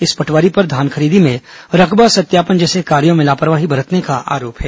इस पटवारी पर धान खरीदी में रकबा सत्यापन जैसे कार्यो में लापरवाही बरतने का आरोप है